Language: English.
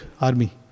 army